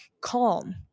calm